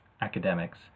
academics